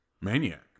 maniac